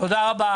תודה רבה.